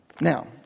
Now